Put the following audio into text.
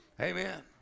Amen